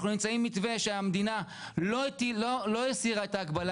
אנחנו נמצאים עם מתווה שהמדינה לא הסירה את ההגבלה